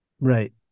Right